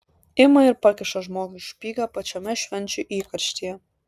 ima ir pakiša žmogui špygą pačiame švenčių įkarštyje